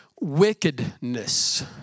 wickedness